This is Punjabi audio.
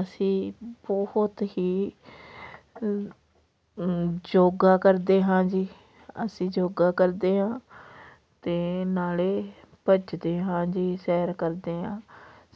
ਅਸੀਂ ਬਹੁਤ ਹੀ ਯੋਗਾ ਕਰਦੇ ਹਾਂ ਜੀ ਅਸੀਂ ਯੋਗਾ ਕਰਦੇ ਹਾਂ ਅਤੇ ਨਾਲ਼ੇ ਭੱਜਦੇ ਹਾਂ ਜੀ ਸੈਰ ਕਰਦੇ ਹਾਂ